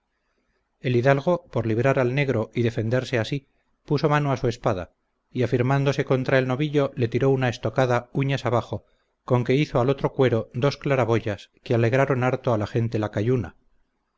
el hidalgo por librar al negro y defenderse a sí puso mano a su espada y afirmándose contra el novillo le tiró una estocada uñas abajo con que hizo al otro cuero dos claraboyas que alegraron harto a la gente lacayuna pero no